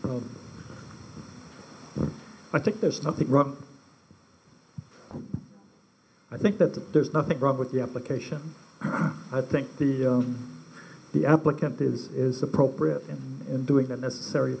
think there's nothing wrong i think that there's nothing wrong with the application i think the the applicant is is appropriate in doing that necessar